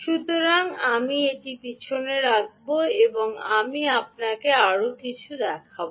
সুতরাং আমি এটি পিছনে রাখব এবং আমি আপনাকে আরও কিছু দেখাব